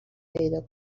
پیدا